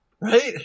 Right